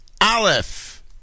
Aleph